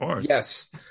yes